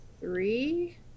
three